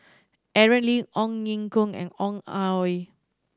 Aaron Lee Ong Ye Kung and Ong Ah Hoi